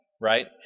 right